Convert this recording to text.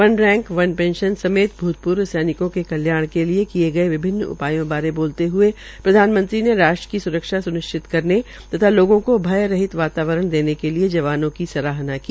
one rank one pension समेत भूतपूर्व सैनिकों के कल्याण के लिए किये गये विभिन्न उपायों बारे बोलते हए प्रधानमंत्री ने राष्ट्र की स्रक्षा स्निश्चित करने तथा लोगों को भय रहित वातावरण् देने के लिए जवानों की सहाहना की